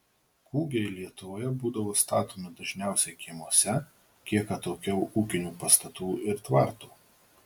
kūgiai lietuvoje būdavo statomi dažniausiai kiemuose kiek atokiau ūkinių pastatų ir tvartų